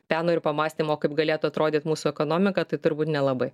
peno ir pamąstymo kaip galėtų atrodyt mūsų ekonomika tai turbūt nelabai